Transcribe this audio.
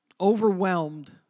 overwhelmed